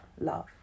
love